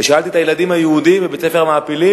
ושאלתי את הילדים היהודים בבית-הספר "המעפילים",